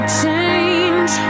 change